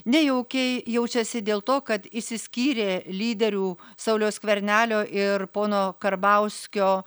nejaukiai jaučiasi dėl to kad išsiskyrė lyderių sauliaus skvernelio ir pono karbauskio